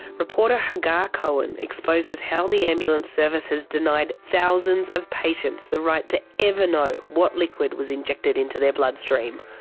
reporter hagar cohen exposes how the ambulance service has denied thousands of patients the right to ever know what liquid was injected into their bloodstream.